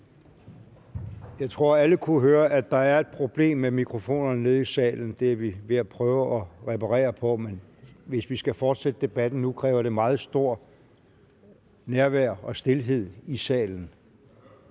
Jeg tror, alle kunne høre, at der er et problem med mikrofonerne nede i salen. Det er vi ved at prøve at reparere på, men hvis vi skal fortsætte debatten nu, kræver det meget stort nærvær og stilhed i salen.